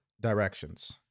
directions